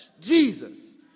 Jesus